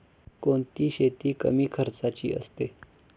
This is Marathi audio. कोणती शेती कमी खर्चाची असते?